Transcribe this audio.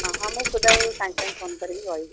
ହଁ ହଁ ମୁଁ ପୂଜାକୁ ସାଙ୍ଗ ସାଙ୍ଗେ ଫୋନ୍ କରିକି କହିବି